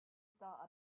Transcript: saw